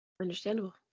Understandable